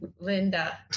Linda